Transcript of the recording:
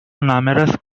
numerous